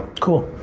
cool.